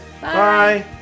Bye